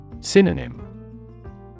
Synonym